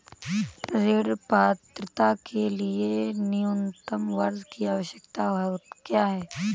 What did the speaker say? ऋण पात्रता के लिए न्यूनतम वर्ष की आवश्यकता क्या है?